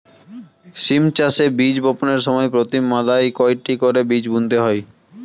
সিম চাষে বীজ বপনের সময় প্রতি মাদায় কয়টি করে বীজ বুনতে হয়?